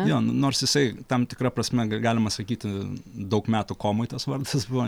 jo nors jisai tam tikra prasme galima sakyti daug metų komoj tas vardas buvo